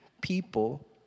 People